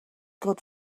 good